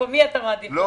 במקום מי אתה מעדיף לענות?